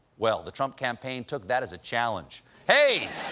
well, the trump campaign took that as a challenge. hey,